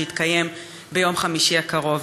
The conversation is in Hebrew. שיתקיים ביום חמישי הקרוב.